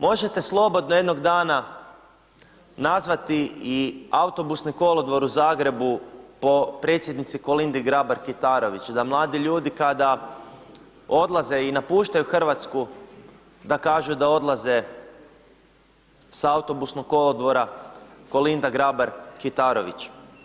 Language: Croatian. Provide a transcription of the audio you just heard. Možete slobodno jednog dana nazvati i autobusnih kolodvor u Zagrebu po predsjednici Kolindi Grabar-Kitarović, da mladi ljudi kada odlaze i napuštaju Hrvatsku da kažu da odlaze s autobusnog kolodvora Kolinda Grabar-Kitarović.